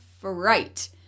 fright